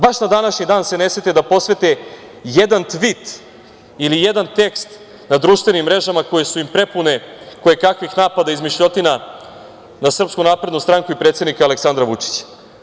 Baš na današnji dan se ne sete da posvete jedan Tvit ili jedan tekst na društvenim mrežama koje su im prepune koje kakvih napada, izmišljotina na SNS i predsednika Aleksandra Vučića.